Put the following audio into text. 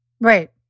Right